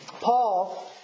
Paul